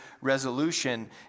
resolution